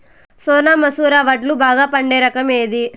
సోనా మసూర వడ్లు బాగా పండే రకం ఏది